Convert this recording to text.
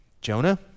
Jonah